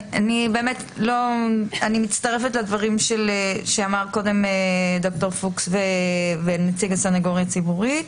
אני מצטרפת לדברים שאמר קודם ד"ר פוקס ונציג הסנגוריה הציבורית,